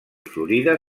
florida